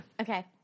Okay